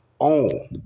own